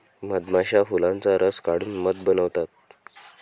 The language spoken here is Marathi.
मधमाश्या फुलांचा रस काढून मध बनवतात